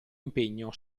impegno